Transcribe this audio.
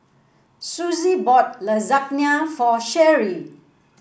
Suzie bought Lasagna for Sheree